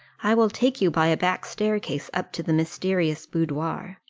i will take you by a back staircase up to the mysterious boudoir.